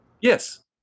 Yes